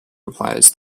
replies